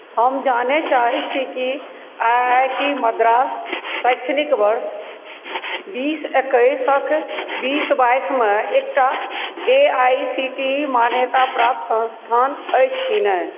हम जानय चाहैत छी कि आइ आइ टी मद्रास शैक्षणिक वर्ष बीस एकैसके बीस बाइसमे AICTE ई मान्याप्राप्त संस्थान अछि कि नहि